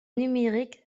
numérique